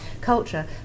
culture